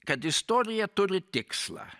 kad istorija turi tikslą